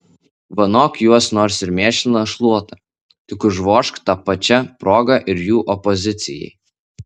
vanok juos nors ir mėšlina šluota tik užvožk ta pačia proga ir jų opozicijai